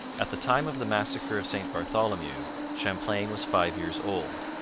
at the time of the massacre of st bartholomew champlain was five years old.